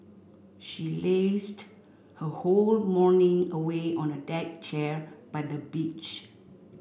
she lazed her whole morning away on a deck chair by the beach